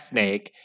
Snake